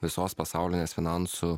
visos pasaulinės finansų